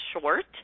short